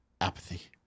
apathy